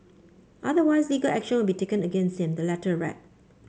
otherwise legal action will be taken against him the letter read